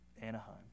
Anaheim